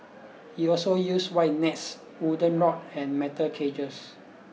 he also use wide nets wooden rod and metal cages